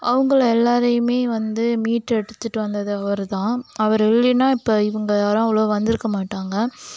அவங்கள எல்லாேரையுமே வந்து மீட்டு எடுத்துகிட்டு வந்தது அவர் தான் அவரு இல்லைன்னா இப்போ இவங்க யாரும் அவ்வளோவா வந்திருக்க மாட்டாங்க